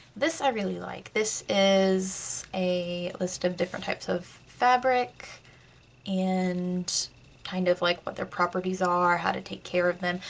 this i really like. this is a list of different types of fabric and kind of like what their properties ah are, how to take care of them.